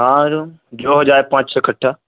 ہاں روم جو ہو جائے پانچ سو کٹھا